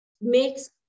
makes